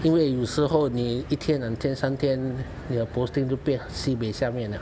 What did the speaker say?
因为有时候你一天两天三天你的 posting 就变 sibeh 下面了